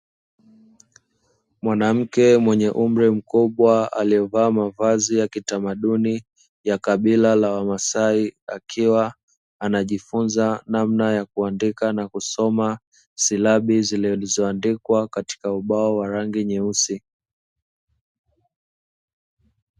Mwanamke mwenye umri mkubwa aliyevaa mavazi ya kitamaduni ya kabila la wamasai, akiwa anajifunza namna ya kuandika na kusoma silabi zilizoandikwa katika ubao wa rangi nyeusi.